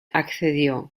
accedió